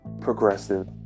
progressive